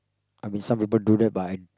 I mean some people do that but I